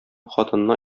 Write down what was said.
хатынына